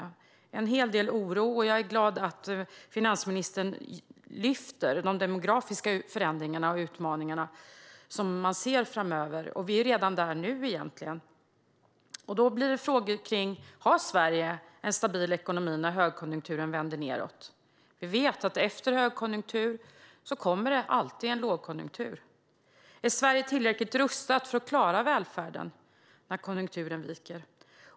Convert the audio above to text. Det finns en hel del oro, och jag är glad att finansministern tar upp de demografiska förändringarna och utmaningarna som man ser framöver. Vi är egentligen där redan nu. Har Sverige en stabil ekonomi när högkonjunkturen vänder nedåt? Efter en högkonjunktur kommer alltid en lågkonjunktur - det vet vi. Är Sverige tillräckligt rustat för att klara välfärden när konjunkturen viker nedåt?